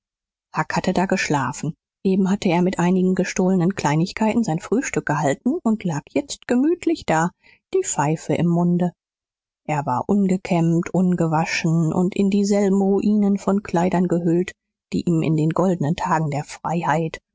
hatte da geschlafen eben hatte er mit einigen gestohlenen kleinigkeiten sein frühstück gehalten und lag jetzt gemütlich da die pfeife im munde er war ungekämmt ungewaschen und in dieselben ruinen von kleidern gehüllt die ihm in den goldenen tagen der freiheit